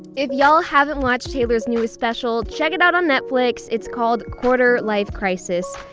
if y'all haven't watched taylor's newest special, check it out on netflix. it's called quarter-life crisis.